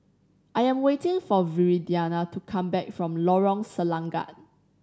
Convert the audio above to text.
I am waiting for Viridiana to come back from Lorong Selangat